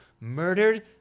murdered